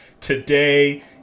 Today